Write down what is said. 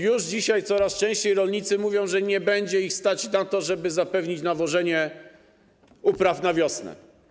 Już dzisiaj coraz częściej rolnicy mówią, że nie będzie ich stać na to, żeby zapewnić nawożenie upraw na wiosnę.